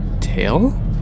tail